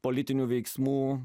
politinių veiksmų